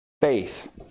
faith